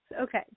Okay